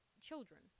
children